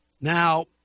Now